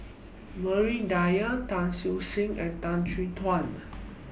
Maria Dyer Tan Siew Sin and Tan Chin Tuan